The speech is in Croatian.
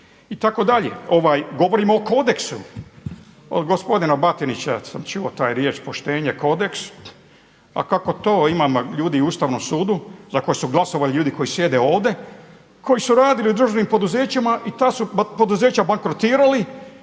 državu itd. Govorimo o kodeksu, od gospodina Batinića sam čuo tu riječ poštenje, kodeks, a kako to imamo ljudi u Ustavnom sudu za koje su glasovali ljudi koji sjede ovdje koji su radili u državnim poduzećima i ta su poduzeća bankrotirali